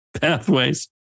pathways